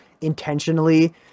intentionally